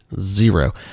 zero